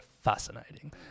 fascinating